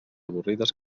avorrides